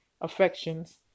affections